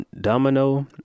Domino